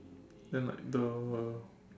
then like the